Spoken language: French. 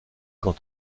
quand